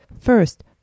First